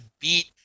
beat